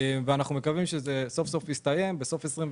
אנחנו מקווים שזה סוף סוף יסתיים בסוף 2022